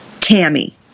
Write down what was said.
Tammy